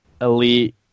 elite